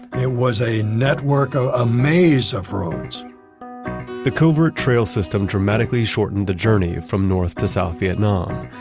it was a network, ah a maze of roads the covert trail system dramatically shorten the journey from north to south vietnam,